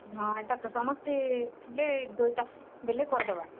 ହଁ ଏଇଟା ତ ସମସ୍ତେ ଥିବେ ଯେଉଁଟା ବୋଇଲେ କରିଦେବା